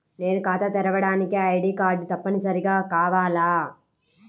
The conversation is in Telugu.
నేను ఖాతా తెరవడానికి ఐ.డీ కార్డు తప్పనిసారిగా కావాలా?